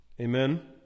Amen